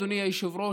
אדוני היושב-ראש,